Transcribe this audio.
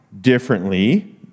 differently